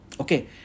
Okay